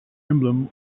emblem